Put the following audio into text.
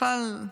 בכלל,